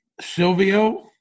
Silvio